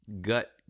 gut